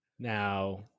Now